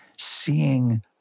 seeing